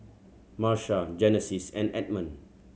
Marsha Genesis and Edmond